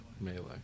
melee